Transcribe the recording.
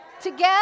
together